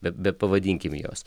be bepavadinkim juos